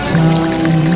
time